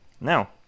Now